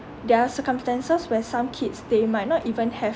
there're circumstances where some kids they might not even have